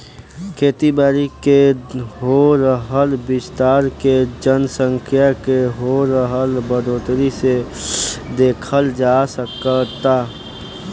खेती बारी के हो रहल विस्तार के जनसँख्या के हो रहल बढ़ोतरी से देखल जा सकऽता